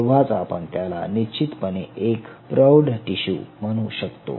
तेव्हाच आपण त्याला निश्चितपणे एक प्रौढ टिशू म्हणू शकतो